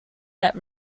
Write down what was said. that